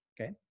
okay